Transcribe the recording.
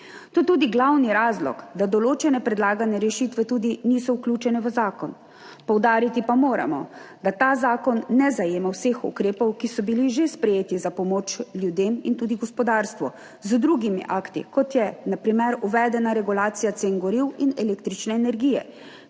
je tudi glavni razlog, da določene predlagane rešitve niso vključene v zakon, poudariti pa moramo, da ta zakon ne zajema vseh ukrepov, ki so bili že sprejeti za pomoč ljudem in tudi gospodarstvu z drugimi akti, kot je na primer uvedena regulacija cen goriv in električne energije,